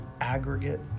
aggregate